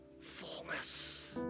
Fullness